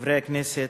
חברי הכנסת,